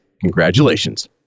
congratulations